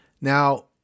Now